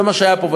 זה מה שהיה פה.